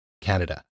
Canada